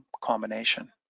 combination